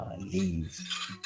leave